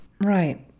Right